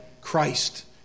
Christ